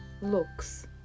looks